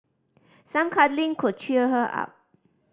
some cuddling could cheer her up